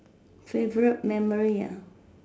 favourite memory ah